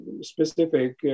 specific